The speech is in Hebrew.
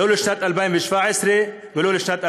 לא לשנת 2017 ולא לשנת 2018,